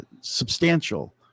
substantial